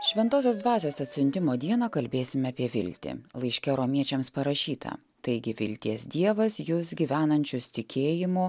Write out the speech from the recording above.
šventosios dvasios atsiuntimo dieną kalbėsime apie viltį laiške romiečiams parašyta taigi vilties dievas jus gyvenančius tikėjimu